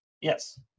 Yes